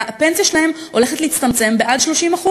והפנסיה שלהם הולכת להצטמצם בעד 30%,